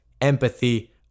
empathy